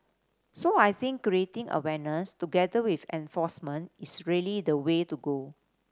so I think creating awareness together with enforcement is really the way to go